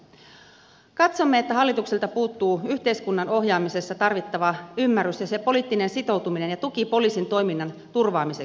katsomme että hallitukselta puuttuu yhteiskunnan ohjaamisessa tarvittava ymmärrys poliittinen sitoutuminen ja tuki poliisin toiminnan turvaamiseksi